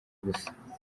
ubusa